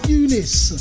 Eunice